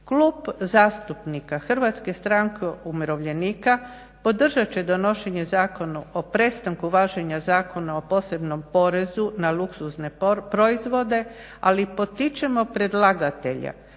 Klub zastupnika Hrvatske stranke umirovljenika podržat će donošenja Zakona o prestanku važenja Zakona o posebnom porezu na luksuzne proizvode, ali potičemo predlagatelja